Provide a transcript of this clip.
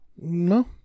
No